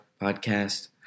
podcast